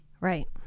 Right